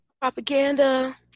Propaganda